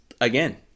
again